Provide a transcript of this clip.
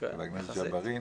של חבר הכנסת ג'בארין.